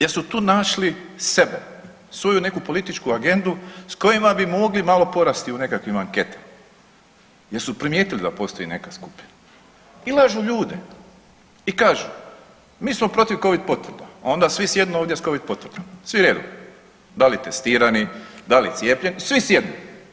Jel su tu našli sebe, svoju neku političku agendu s kojima bi mogli malo porasti u nekakvim anketama jer su primijetili da postoji neka skupina i lažu ljude i kažu mi smo protiv covid potvrda, a onda svi sjednu ovdje s Covid potvrdama, svi redom, da li testirani, da li cijepljeni, svi sjednu.